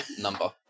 number